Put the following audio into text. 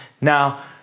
Now